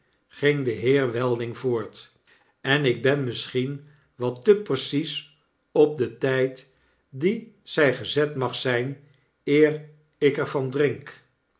ging de heer welding voort en ik ben misschien wat te precies op den tyd dien zij gezet mag zyn eer ik er van drink